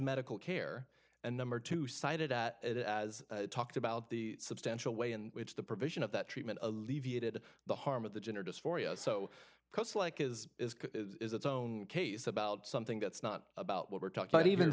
medical care and number two cited at it as talked about the substantial way in which the provision of that treatment alleviated the harm of the gender dysphoria so close like is its own case about something that's not about what we're talking about even